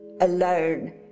alone